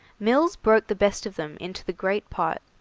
mills broke the best of them into the great pot,